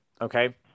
Okay